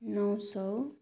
नौ सौ